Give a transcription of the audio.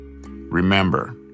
Remember